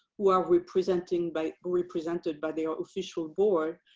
who are we presenting by represented by the ah official board.